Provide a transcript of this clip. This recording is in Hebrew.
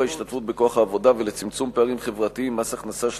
ההשתתפות בכוח העבודה וצמצום פערים חברתיים (מס הכנסה שלילי)